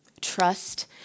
Trust